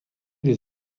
les